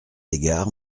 égard